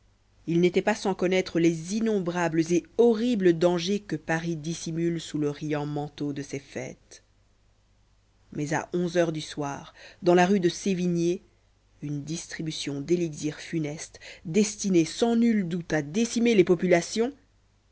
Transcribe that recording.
il n'était pas sans connaître les innombrables et horribles dangers que paris dissimule sous le riant manteau de ses fêtes mais à onze heures du soir dans la rue de sévigné une distribution d'élixir funeste destiné sans nul doute à décimer les populations